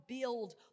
build